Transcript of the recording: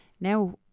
now